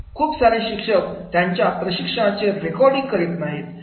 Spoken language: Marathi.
खूप सारे प्रशिक्षक त्यांच्या प्रशिक्षणाचे रेकॉर्डिंग करीत नाहीत